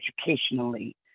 educationally